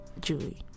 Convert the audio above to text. Julie